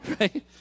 right